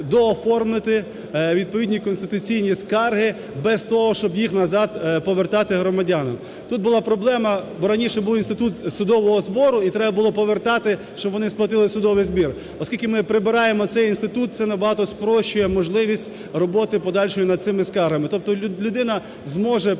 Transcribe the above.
дооформити відповідні конституційні скарги без того, щоб їх назад повертати громадянам. Тут була проблема, бо раніше був інститут судового збору і треба було повертати, щоб вони сплатили судовий збір. Оскільки ми прибираємо цей інститут, це набагато спрощує можливість роботи подальшої над цими скаргами, тобто людина зможе просто